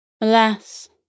Alas